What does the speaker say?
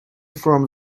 from